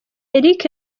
eric